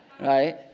Right